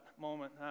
moment